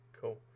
cool